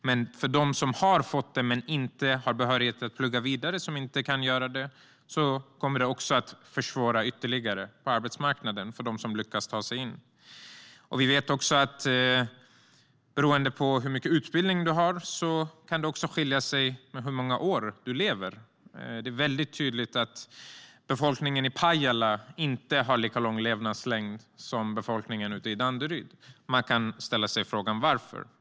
Och för dem som har fått det men som inte har behörighet att plugga vidare kommer det också att försvåra ytterligare på arbetsmarknaden. Vi vet att det beroende på hur mycket utbildning man har kan skilja i fråga om hur många år man lever. Det är väldigt tydligt att befolkningen i Pajala inte har lika lång livslängd som befolkningen i Danderyd. Man kan ställa sig frågan: Varför?